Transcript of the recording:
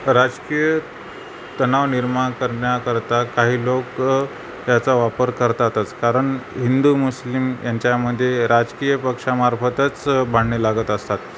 राजकीय तणाव निर्माण करण्याकरता काही लोक याचा वापर करतातच कारण हिंदू मुस्लिम यांच्यामध्ये राजकीय पक्षामार्फतच भांडणं लागत असतात